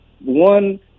one –